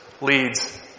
leads